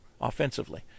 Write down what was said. offensively